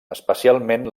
especialment